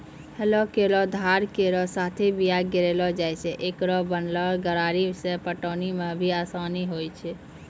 हलो केरो धार केरो साथें बीया गिरैलो जाय छै, एकरो बनलो गरारी सें पटौनी म भी आसानी होय छै?